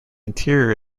interior